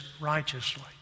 righteously